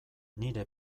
nire